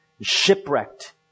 shipwrecked